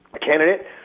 candidate